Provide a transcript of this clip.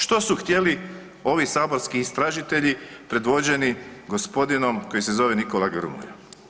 Što su htjeli ovi saborski istražitelji predvođeni gospodinom koji se zove Nikola Grmoja?